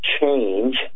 change